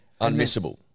Unmissable